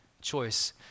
choice